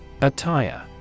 Attire